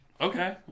okay